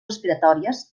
respiratòries